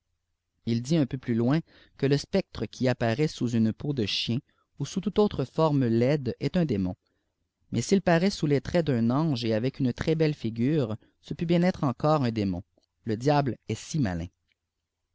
il dit un pjbu plus loin que le spectre qui apparaît sous une peau de chien ou sous toute autre forme laide jest un éàr mon mais s'il paraît sôus les traits d'un nge et avec une très belle figure ce peut biep encore êtreu démoli l diable est si malin